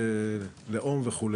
לאום וכו'.